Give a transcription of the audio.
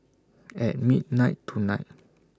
At midnight tonight